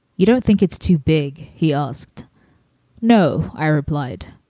you don't think it's too big? he asked no, i replied.